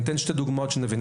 אני אתן שתי דוגמאות שנבין.